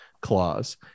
clause